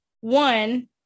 one